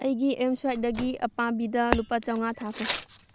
ꯑꯩꯒꯤ ꯑꯦꯝ ꯁ꯭ꯋꯦꯞꯗꯒꯤ ꯑꯄꯥꯕꯤꯗ ꯂꯨꯄꯥ ꯆꯥꯝꯃꯉꯥ ꯊꯥꯈꯣ